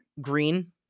Green